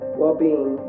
well-being